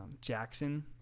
Jackson